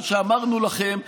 מה שאמרנו לכם,